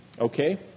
Okay